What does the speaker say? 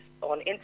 on